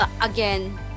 again